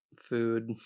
Food